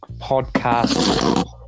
podcast